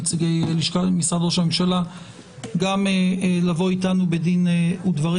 לנציגי משרד ראש הממשלה - לבוא אתנו בדין ודברים.